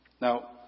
Now